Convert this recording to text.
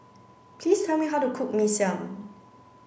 please tell me how to cook Mee Siam